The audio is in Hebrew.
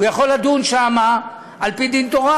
הוא יכול לדון שם על-פי דין תורה.